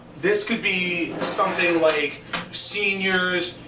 this could be something like seniors,